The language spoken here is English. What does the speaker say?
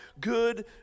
good